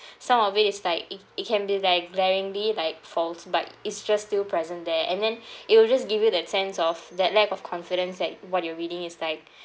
some of it it's like it it can be that glaringly like false but it's just still present there and then it will just give you that sense of that lack of confidence that what you're reading is like